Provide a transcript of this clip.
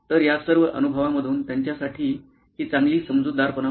तर या सर्व अनुभवांमधून त्यांच्यासाठी ही चांगली समजूतदारपणा होता